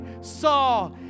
saw